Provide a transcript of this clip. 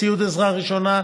ציוד עזרה ראשונה,